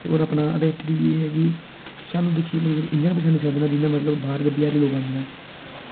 होर अपना एह् ऐ की सानूं दिक्खियै लोग इंया दिखदे न कि जियां बाहरा कोई बिहारी लोक आंदे न